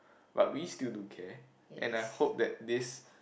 but we still do care and I hope that this